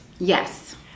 Yes